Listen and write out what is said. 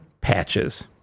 patches